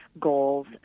goals